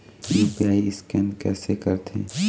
UPI scan कइसे करथे?